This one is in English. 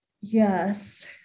Yes